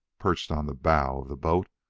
perched on the bow of the boat,